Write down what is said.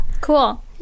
Cool